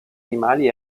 animali